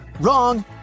wrong